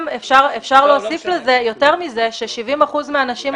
אפשר גם להוסיף לזה ולומר ש-70 אחוזים מהנשים החרדיות